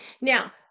Now